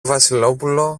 βασιλόπουλο